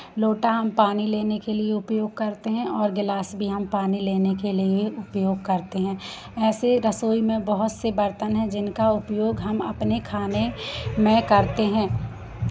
लोटा हम पानी लेने के लिए उपयोग करते हैं और गिलास भी हम पानी लेने के लिए उपयोग करते हैं ऐसे रसोई में बहुत से बर्तन है जिनका उपयोग हम अपने खाने में करते हैं